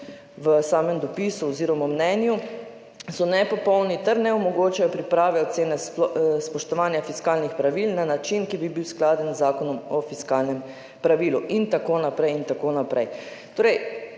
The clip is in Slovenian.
v samem dopisu oziroma mnenju so nepopolni ter ne omogočajo priprave, ocene spoštovanja fiskalnih pravil na način, ki bi bil skladen z Zakonom o fiskalnem pravilu in tako naprej. Sklicevanje